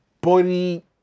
body